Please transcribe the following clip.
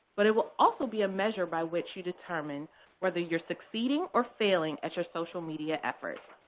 but it will also be a measure by which you determine whether you're succeeding or failing at your social media efforts.